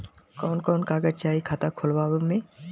कवन कवन कागज चाही खाता खोलवावे मै?